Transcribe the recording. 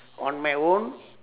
on my own